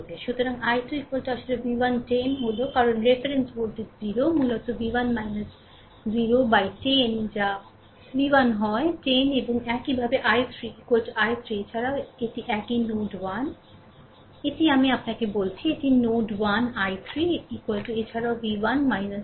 সুতরাং i2 আসলে v1 10 হল কারণ রেফারেন্স ভোল্টেজ 0 মূলত v1 0 বাই10 যা v1 হয় 10 এবং একইভাবে i3 i3 এছাড়াও এটি একই নোড 1 এটি আমি আপনাকে বলেছি এটি নোড 1 i3 এছাড়াও v1 0v1 40 বাইবিভক্ত